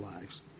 lives